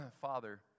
Father